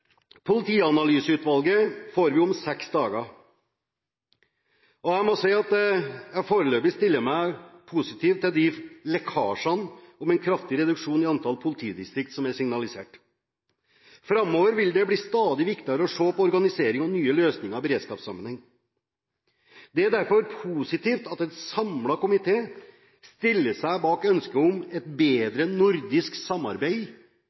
Politianalyseutvalget får vi om seks dager. Jeg må si at jeg foreløpig stiller meg positivt til de lekkasjene som signaliserer en kraftig reduksjon i antall politidistrikter. Framover vil det bli stadig viktigere å se på organisering og nye løsninger i beredskapssammenheng. Det er derfor positivt at en samlet komité stiller seg bak ønsket om et bedre nordisk samarbeid